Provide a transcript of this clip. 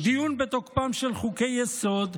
דיון בתוקפם של חוקי-יסוד,